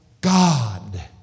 God